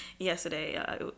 Yesterday